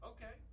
Okay